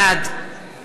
בעד